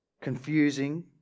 confusing